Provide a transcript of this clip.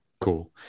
Cool